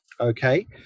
Okay